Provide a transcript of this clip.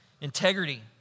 Integrity